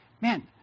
Man